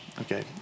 okay